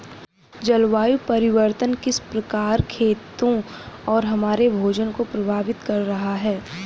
जलवायु परिवर्तन किस प्रकार खेतों और हमारे भोजन को प्रभावित कर रहा है?